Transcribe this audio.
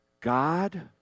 God